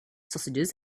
sausages